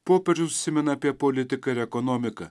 popiežius užsimena apie politiką ir ekonomiką